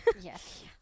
Yes